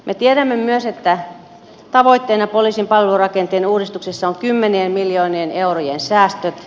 me tiedämme myös että tavoitteena poliisin palvelurakenteen uudistuksessa on kymmenien miljoonien eurojen säästöt